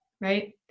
Right